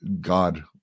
God